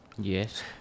yes